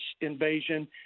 invasion